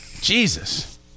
Jesus